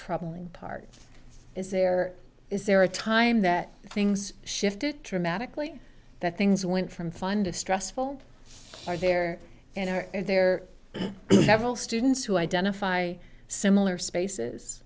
troubling part is there is there a time that things shifted dramatically that things went from find a stressful are there and are there several students who identify similar spaces